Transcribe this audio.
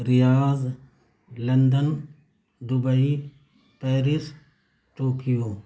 Riyadh London Dubai Paris Tokyo